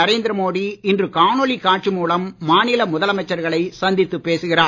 நரேந்திர மோடி இன்று காணொலி காட்சி மூலம் மாநில முதலமைச்சர்களை சந்தித்து பேசுகிறார்